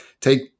take